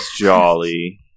Jolly